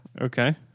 Okay